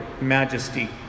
majesty